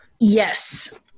yes